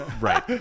Right